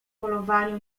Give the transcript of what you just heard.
polowaniu